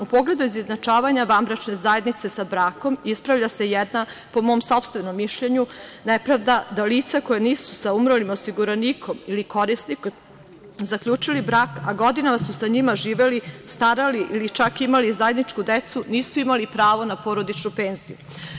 U pogledu izjednačavanja vanbračne zajednice sa brakom ispravlja se jedna, po mom sopstvenom mišljenju, nepravda da lica koja nisu sa umrlima osiguranikom ili korisnikom zaključili brak, a godinama su sa njima živeli, starali ili čak imali zajedničku decu, nisu imali pravo na porodičnu penziju.